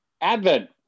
advent